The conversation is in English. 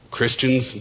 Christians